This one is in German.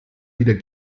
wieder